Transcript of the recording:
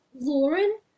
Lauren